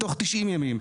תוך תשעים ימים.